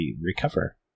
recover